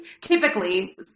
typically